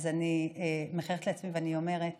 אני מחייכת לעצמי ואני אומרת